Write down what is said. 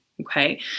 okay